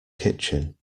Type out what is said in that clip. kitchen